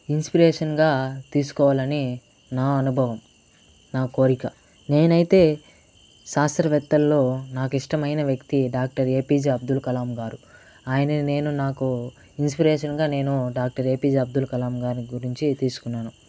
inspiration గా తీసుకోవాలని నా అనుభవం నా కోరిక నేనైతే శాస్త్రవేత్తల్లో నాకు ఇష్టమైన వ్యక్తి డాక్టర్ ఏపీజే అబ్దుల్ కలాం గారు ఆయన నేను నాకు ఇన్స్పిరేషన్ గా నేను డాక్టర్ ఏపీజే అబ్దుల్ కలాం గారి గురించి తీసుకున్నాను